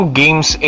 games